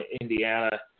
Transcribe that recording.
Indiana